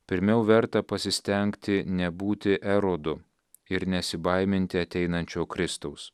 pirmiau verta pasistengti nebūti erodu ir nesibaiminti ateinančio kristaus